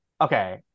Okay